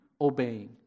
obeying